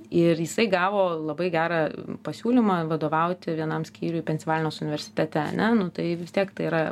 ir jisai gavo labai gerą pasiūlymą vadovauti vienam skyriui pensilvanijos universitete ane nu tai vis tiek tai yra